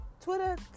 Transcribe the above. Twitter